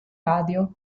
radio